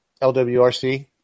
LWRC